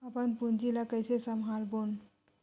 अपन पूंजी ला कइसे संभालबोन?